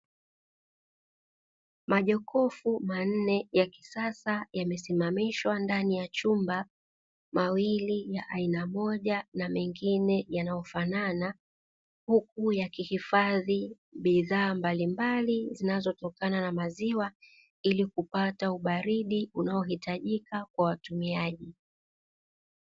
Majokofu manne ya kisasa yamesimamishwa ndani ya chumba, mawili ya aina moja na mengine yanayofanana, huku yakihifadhi bidhaa mbalimbali zinazotokana na maziwa ili kupata ubaridi unaohitajika kwa watumiaji.